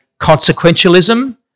consequentialism